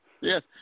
Yes